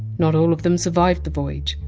not all of them survived the voyage,